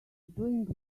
doing